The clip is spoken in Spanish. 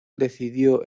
decidió